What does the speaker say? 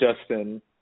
Justin